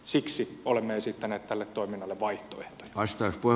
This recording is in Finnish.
siksi olemme esittäneet tälle toiminnalle vaihtoehtoja